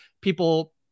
people